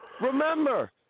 Remember